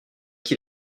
qui